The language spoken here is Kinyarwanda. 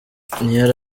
ntiyari